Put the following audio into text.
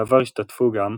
בעבר השתתפו גם,